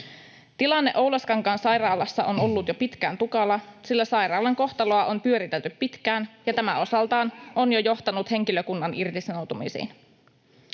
Tilanne Oulaskankaan sairaalassa on ollut jo pitkään tukala, sillä sairaalan kohtaloa on pyöritelty pitkään, ja tämä osaltaan on jo johtanut henkilökunnan irtisanoutumisiin.